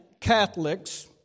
Catholics